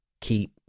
keep